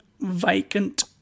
Vacant